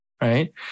right